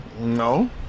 No